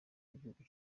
w’igihugu